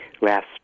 last